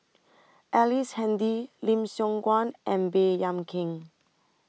Ellice Handy Lim Siong Guan and Baey Yam Keng